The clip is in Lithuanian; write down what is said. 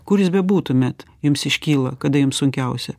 kur jūs bebūtumėt jums iškyla kada jum sunkiausia